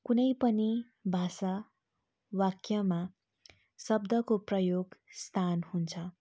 कुनै पनि भाषा वाक्यमा शब्दको प्रयोग स्थान हुन्छ